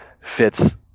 fits